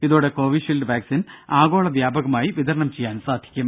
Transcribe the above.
ഇതോടെ Covishield vaccine ആഗോള വ്യാപകമായി വിതരണം ചെയ്യാൻ സാധിക്കും